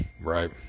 right